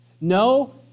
No